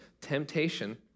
temptation